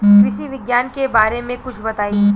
कृषि विज्ञान के बारे में कुछ बताई